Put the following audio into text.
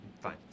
fine